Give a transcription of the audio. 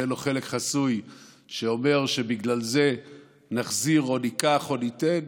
שאין לו חלק חסוי שאומר שבגלל זה נחזיר או ניקח או ניתן,